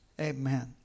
Amen